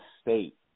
State